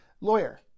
lawyer